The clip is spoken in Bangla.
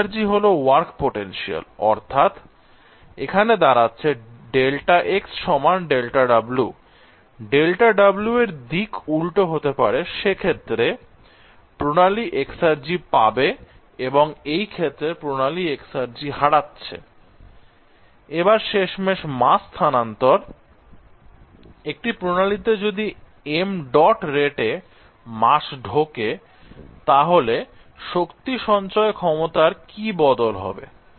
এক্সার্জি হল ওয়ার্ক পোটেনশিয়াল অর্থাৎ এখানে দাঁড়াচ্ছে δX δW δW এর দিক উল্টো হতে পারে সেই ক্ষেত্রে প্রণালী এক্সার্জি পাবে এবং এই ক্ষেত্রে প্রণালী এক্সার্জি হারাচ্ছে I এবার শেষমেষ মাস স্থানান্তর একটি প্রণালীতে যদি ṁ রেটে মাস ঢোকে তাহলে শক্তি সঞ্চয় ক্ষমতার কি বদল হবে